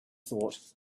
thought